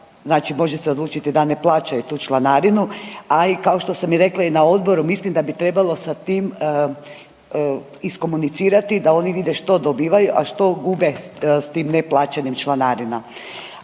znači može se odlučiti da ne plaćaju tu članarinu. A i kao što sam rekla i na odboru mislim da bi trebalo sa tim iskomunicirati da oni vide što dobivaju, a što gube sa tim neplaćanjem članarina